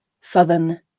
southern